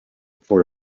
for